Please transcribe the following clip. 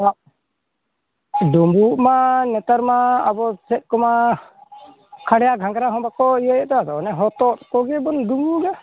ᱚᱲᱟᱜ ᱰᱩᱵᱩᱜᱢᱟ ᱱᱮᱛᱟᱨᱢᱟ ᱟᱵᱚ ᱥᱮᱫ ᱠᱚᱢᱟ ᱠᱷᱟᱲᱭᱟ ᱜᱷᱟᱝᱨᱟ ᱦᱚᱸ ᱵᱟᱠᱚ ᱤᱭᱟᱭᱫᱟ ᱟᱫᱚ ᱚᱱᱮ ᱦᱚᱛᱚᱫ ᱠᱚᱜᱮ ᱵᱚᱱ ᱰᱩᱵᱩᱜᱼᱟ